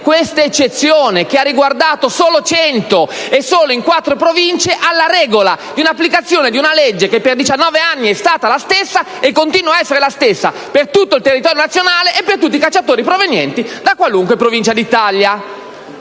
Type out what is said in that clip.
questa eccezione, che ha riguardato solo 100 persone e solo in quattro province, alla regola di un'applicazione di una legge che per 19 anni è stata la stessa e che continua ad essere la stessa per tutto il territorio nazionale e per tutti i cacciatori provenienti da qualunque provincia d'Italia.